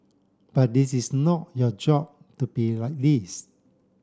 but this is not your job to be like this